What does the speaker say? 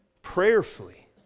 Prayerfully